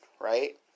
right